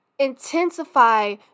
intensify